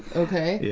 ok? yeah